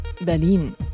Berlin